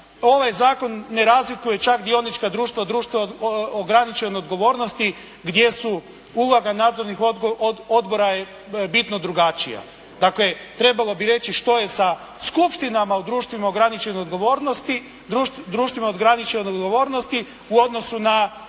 Ovaj zakon ne razlikuje čak dionička društva od društva ograničene odgovornosti gdje su uloga nadzornih odbora je bitno drugačija. Dakle trebalo bi reći što je sa skupštinama u društvima ograničene odgovornostima, društvima